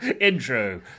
Intro